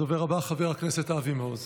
הדובר הבא, חבר הכנסת אבי מעוז.